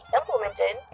implemented